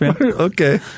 Okay